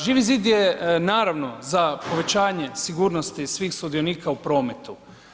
Živi zid je naravno za povećanje sigurnosti svih sudionika u prometu.